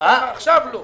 בכנסת עכשיו לא.